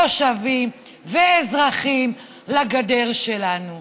תושבים ואזרחים לגדר שלנו.